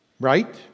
Right